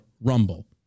Rumble